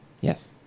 Yes